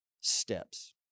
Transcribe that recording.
steps